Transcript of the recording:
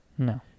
No